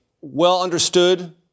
well-understood